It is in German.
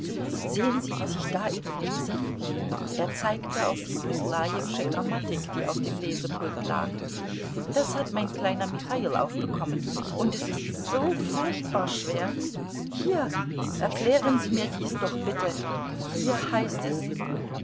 sehen sie was ich da eben lese er zeigte auf die buslajewsche grammatik die auf dem lesepult lag das hat mein kleiner michail aufbekommen und es ist so furchtbar schwer hier erklären sie mir dies doch bitte hier heißt es